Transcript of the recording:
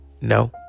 no